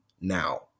now